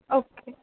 okay